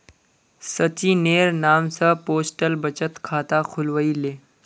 सचिनेर नाम स पोस्टल बचत खाता खुलवइ ले